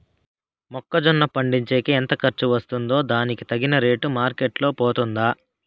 మొక్క జొన్న పండించేకి ఎంత ఖర్చు వస్తుందో దానికి తగిన రేటు మార్కెట్ లో పోతుందా?